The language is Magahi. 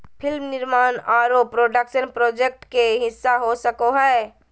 फिल्म निर्माण आरो प्रोडक्शन प्रोजेक्ट के हिस्सा हो सको हय